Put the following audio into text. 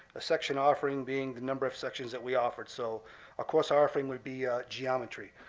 a section offering being the number of sections that we offered. so a course ah offering would be geometry,